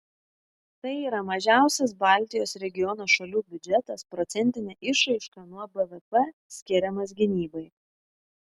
tai yra mažiausias baltijos regiono šalių biudžetas procentine išraiška nuo bvp skiriamas gynybai